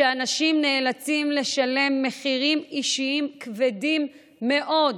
שבה אנשים נאלצים לשלם מחירים אישיים כבדים מאוד.